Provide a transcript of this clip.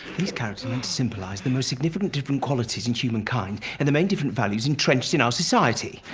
kind of and symbolize the most significant different qualities in humankind and the main different values entrenched in our society.